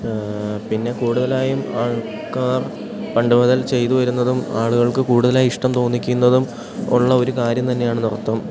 പിന്നെ കൂടുതലായും ആൾക്കാർ പണ്ട് മുതൽ ചെയ്തു വരുന്നതും ആളുകൾക്ക് കൂടുതലായിഷ്ടം തോന്നിക്കുന്നതും ഉള്ള ഒരു കാര്യം തന്നെയാണ് നൃത്തം